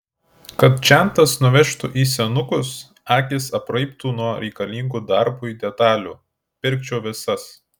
kad žentas nuvežtų į senukus akys apraibtų nuo reikalingų darbui detalių pirkčiau visas